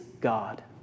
God